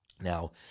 now